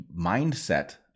mindset